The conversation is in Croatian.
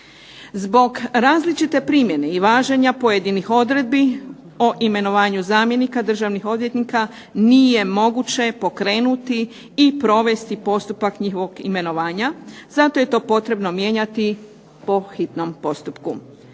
Zbog različite primjene i važenja pojedinih odredbi o imenovanju zamjenika državnih odvjetnika nije moguće pokrenuti i provesti postupak njihovog imenovanja. Zato je to potrebno mijenjati po hitnom postupku.